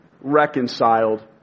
reconciled